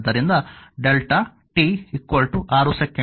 ಆದ್ದರಿಂದ delta t 6 second